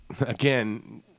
again